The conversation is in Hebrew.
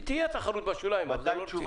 תהיה תחרות בשוליים אבל זאת לא תחרות.